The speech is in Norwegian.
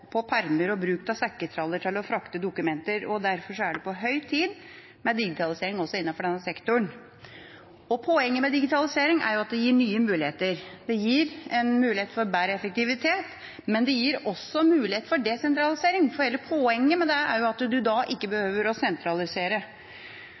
med permer og bruk av sekketraller til å frakte dokumenter, og derfor er det på høy tid med digitalisering også innenfor denne sektoren. Poenget med digitalisering er at det gir nye muligheter. Det gir en mulighet for bedre effektivitet, men det gir også mulighet for desentralisering, for hele poenget med dette er jo at man da ikke behøver å sentralisere. Det er et paradoks at de minste tingrettene ikke